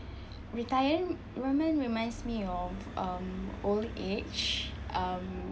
retiring women reminds me of um old age um